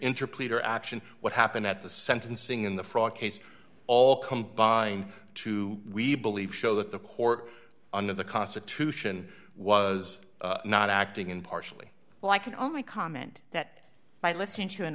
interplay their action what happened at the sentencing in the fraud case all combined to we believe show that the court under the constitution was not acting impartially well i can only comment that by listening to an